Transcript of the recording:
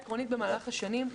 עמדה עקרונית שבמהלך השנים,